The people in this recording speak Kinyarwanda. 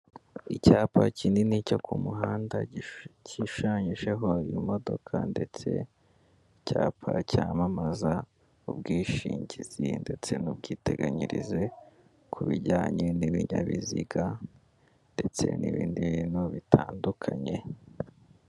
Icyapa kinini cyo ku muhanda, gishushanyijeho iyo modoka ndetse ni icyapa cyamamaza ubwishingizi ndetse n'ubwiteganyirize ku bijyanye n'ibinyabiziga ndetse n'ibindi bintu bitandukanye